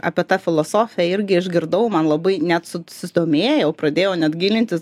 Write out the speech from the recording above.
apie tą filosofiją irgi išgirdau man labai net sud susidomėjau pradėjau net gilintis